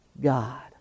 God